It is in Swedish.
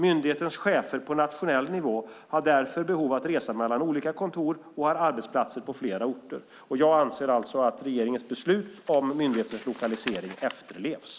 Myndighetens chefer på nationell nivå har därför behov av att resa mellan olika kontor och har arbetsplatser på flera orter. Jag anser alltså att regeringens beslut om myndighetens lokalisering efterlevs.